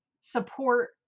support